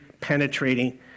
penetrating